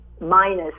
minus